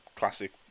classic